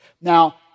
Now